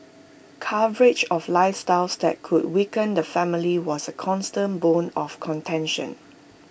coverage of lifestyles that could weaken the family was A constant bone of contention